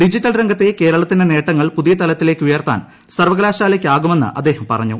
digital രംഗത്തെ കേരളത്തിന്റെ നേട്ടങ്ങൾ പുതിയ തലത്തിലേക്കുയർത്താൻ സർവകലാശാലയ്ക്കാകുമെന്ന് അദ്ദേഹം പറഞ്ഞു